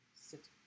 Sit